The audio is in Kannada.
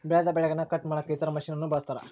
ಬೆಳೆದ ಬೆಳೆಗನ್ನ ಕಟ್ ಮಾಡಕ ಇತರ ಮಷಿನನ್ನು ಬಳಸ್ತಾರ